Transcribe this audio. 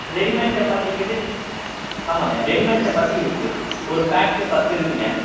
readymade சப்பாத்திங்கிறதுன்னு ஆமாம்ங்க readymade சப்பாத்தி இருக்கு ஒரு பேர்க்கு பத்து இருக்குங்க